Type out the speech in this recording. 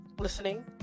Listening